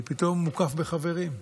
אני פתאום מוקף בחברים,